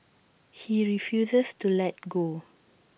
he refuses to let go